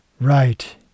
Right